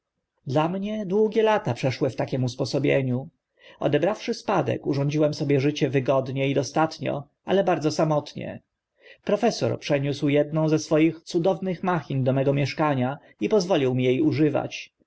dla mnie długie lata przeszły w takim usposobieniu odebrawszy spadek urządziłem sobie życie wygodnie i dostatnio ale bardzo samotnie profesor przeniósł edną ze wspomnienia swoich cudownych machin do mego mieszkania i pozwolił mi e używać